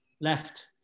left